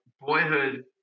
boyhood